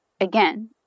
again